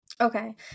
Okay